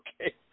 okay